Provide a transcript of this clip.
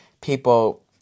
people